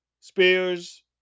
Spears